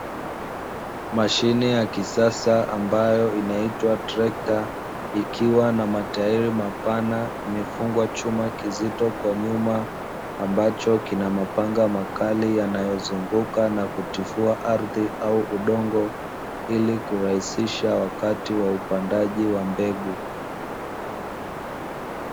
Mashine ya kisasa ambayo inaitwa trekta, ikiwa na matairi mapana, imefungwa chuma kizito kwa nyuma, ambacho kina mapanga makali yanayozunguka na kutifua ardhi au udongo, ili kurahisisha wakati wa upandaji wa mbegu.